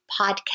podcast